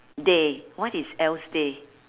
day what is else day